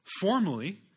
Formally